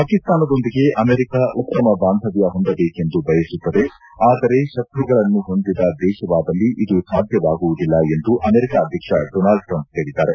ಪಾಕಿಸ್ತಾನದೊಂದಿಗೆ ಅಮೆರಿಕ ಉತ್ತಮ ಬಾಂಧವ್ದ ಹೊಂದಬೇಕೆಂದು ಬಯಸುತ್ತದೆ ಅದರೆ ಶತ್ರುಗಳನ್ನು ಹೊಂದಿದ ದೇಶದಲ್ಲಿ ಇದು ಸಾಧ್ಯವಾಗುವುದಿಲ್ಲ ಎಂದು ಅಮೆರಿಕ ಅಧ್ಯಕ್ಷ ಡೊನಾಲ್ಡ್ ಟ್ರಂಪ್ ಹೇಳಿದ್ದಾರೆ